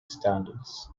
standards